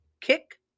kick